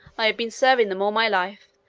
i have been serving them all my life,